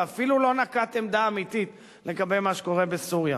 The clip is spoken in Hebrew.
ואפילו לא נקט עמדה אמיתית לגבי מה שקורה בסוריה.